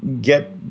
get